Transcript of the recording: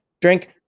drink